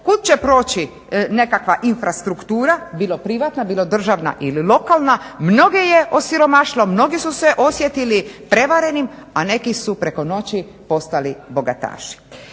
kud će proći nekakva infrastruktura bilo privatna, bilo državna ili lokalna mnoge je osiromašila, mnogi su se osjetili prevarenim, a neki su preko noći postali bogataši.